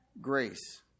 grace